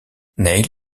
neil